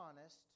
honest